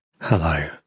Hello